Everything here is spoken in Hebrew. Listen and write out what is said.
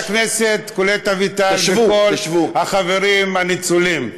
חברת הכנסת קולט אביטל וכל החברים הניצולים,